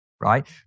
right